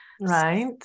right